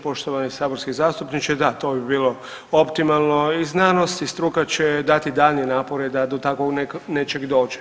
Poštovani saborski zastupniče, da to bi bilo optimalno i znanost i struka će dati daljnje napore da do takvog nečeg dođe.